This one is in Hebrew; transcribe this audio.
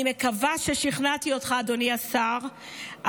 אני מקווה ששכנעתי אותך, אדוני השר.